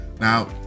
Now